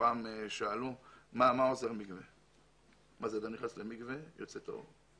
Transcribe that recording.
פעם שאלו מה עוזר --- אדם נכנס למקווה ויוצא טהור.